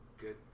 Good